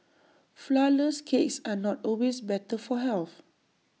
Flourless Cakes are not always better for health